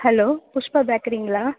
hello Pushpa பேக்கரிங்களா